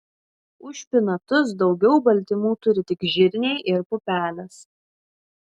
už špinatus daugiau baltymų turi tik žirniai ir pupelės